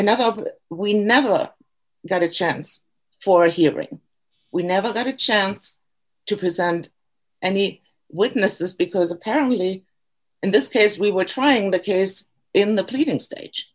another we never got a chance for hearing we never got a chance to present any witnesses because apparently in this case we were trying the case in the pleading stage